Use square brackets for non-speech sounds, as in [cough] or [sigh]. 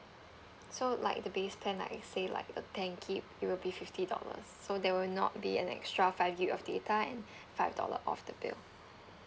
so like the base plan like say like a ten GIG it will be fifty dollars so there will not be an extra five GIG of data and [breath] five dollar off the bill